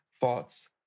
thoughts